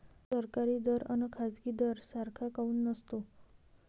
सरकारी दर अन खाजगी दर सारखा काऊन नसतो?